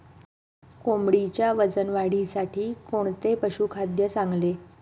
कोंबडीच्या वजन वाढीसाठी कोणते पशुखाद्य चांगले?